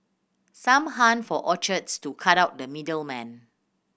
some hunt for orchards to cut out the middle man